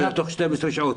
אלא תוך 12 שעות.